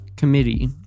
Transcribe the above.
Committee